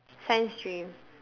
science stream